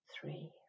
Three